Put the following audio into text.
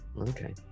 Okay